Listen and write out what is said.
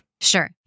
sure